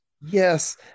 Yes